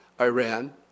Iran